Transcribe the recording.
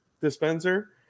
dispenser